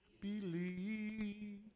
believe